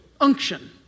unction